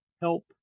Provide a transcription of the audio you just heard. help